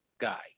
guy